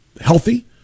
healthy